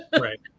Right